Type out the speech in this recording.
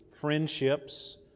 friendships